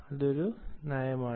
അത് ഒരു നയമാണ്